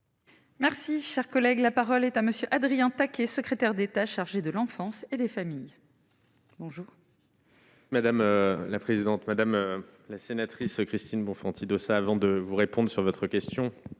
Merci, cher collègue, la parole est à monsieur Adrien taquet, secrétaire d'État chargé de l'enfance et des familles. Madame la présidente, madame la sénatrice Christine Bonfanti Dossat avant de vous réponde sur votre question,